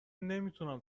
نمیتونم